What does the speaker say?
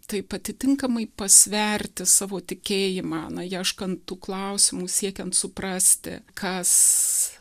taip atitinkamai pasverti savo tikėjimą na ieškant tų klausimų siekiant suprasti kas